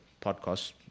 podcast